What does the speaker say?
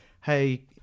hey